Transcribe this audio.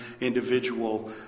individual